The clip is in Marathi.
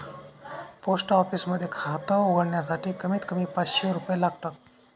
पोस्ट ऑफिस मध्ये खात उघडण्यासाठी कमीत कमी पाचशे रुपये लागतात